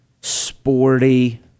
sporty